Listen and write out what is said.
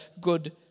good